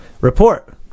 Report